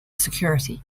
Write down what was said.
security